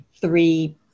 three